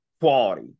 quality